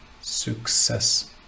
success